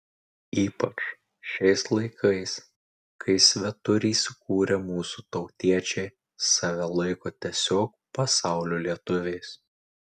ypač šiais laikais kai svetur įsikūrę mūsų tautiečiai save laiko tiesiog pasaulio lietuviais